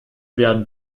werden